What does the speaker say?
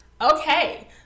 Okay